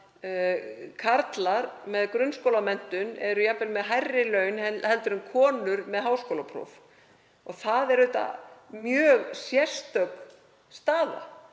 karlar með grunnskólamenntun jafnvel með hærri laun en konur með háskólapróf. Það er auðvitað mjög sérstök staða